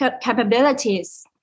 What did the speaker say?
capabilities